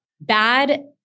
bad